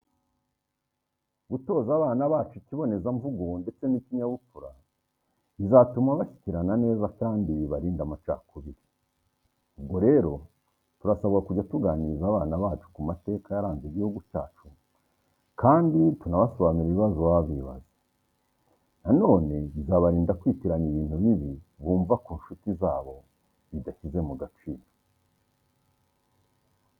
Gutoza abana bacu ikibonezamvugo ndetse n'ikinyabupfura, bizatuma bashyikirana neza kandi bibarinde amacakubiri. Ubwo rero turasabwa kujya tuganiriza abana bacu ku mateka yaranze igihugu cyacu kandi tunabasobanurire ibibazo baba bibaza. Nanone bizabarinda kwitiranya ibintu bibi bumva ku ncuti zabo bidashyize mu gaciro.